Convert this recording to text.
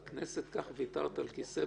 את קוראת את הנוסח המעודכן.